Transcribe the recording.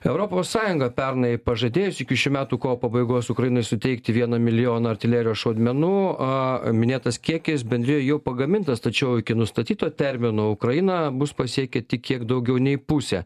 europos sąjunga pernai pažadėjus iki šių metų kovo pabaigos ukrainai suteikti vieno milijono artilerijos šaudmenų a minėtas kiekis bendrijoj jau pagamintas tačiau iki nustatyto termino ukrainą bus pasiekę tik kiek daugiau nei pusė